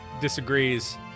disagrees